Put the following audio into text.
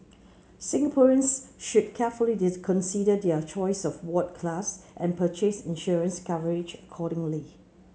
Singaporeans should carefully consider their choice of ward class and purchase insurance coverage accordingly